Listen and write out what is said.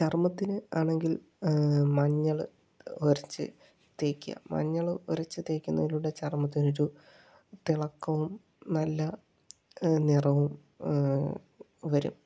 ചർമ്മത്തിന് ആണെങ്കിൽ മഞ്ഞൾ ഉരച്ച് തേയ്ക്കുക മഞ്ഞള് ഉരച്ച് തേയ്ക്കുന്നതിലൂടെ ചർമ്മത്തിനൊരു തിളക്കവും നല്ല നിറവും വരും